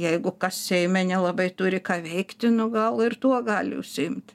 jeigu kas seime nelabai turi ką veikti nu gal ir tuo gali užsiimt